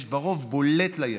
יש בה רוב בולט לימין,